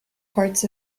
parts